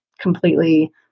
completely